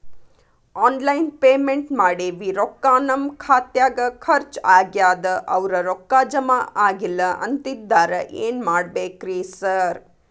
Online payment ಮಾಡೇವಿ ರೊಕ್ಕಾ ನಮ್ ಖಾತ್ಯಾಗ ಖರ್ಚ್ ಆಗ್ಯಾದ ಅವ್ರ್ ರೊಕ್ಕ ಜಮಾ ಆಗಿಲ್ಲ ಅಂತಿದ್ದಾರ ಏನ್ ಮಾಡ್ಬೇಕ್ರಿ ಸರ್?